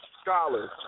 scholars